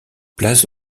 place